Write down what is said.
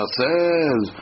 says